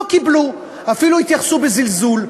לא קיבלו, אפילו התייחסו בזלזול.